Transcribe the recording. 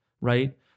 right